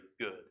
good